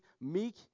meek